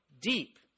deep